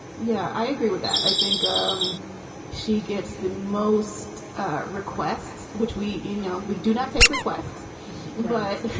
yeah, i agree with that. i think um she gets the most ah requests, which we you know, we do not take requests but